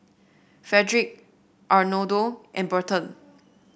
Frederic Arnoldo and Burton